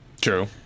True